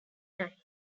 nine